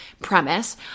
premise